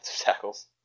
tackles